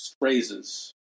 phrases